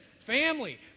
family